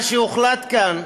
מה שהוחלט כאן,